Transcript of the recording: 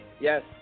Yes